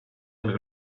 del